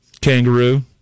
kangaroo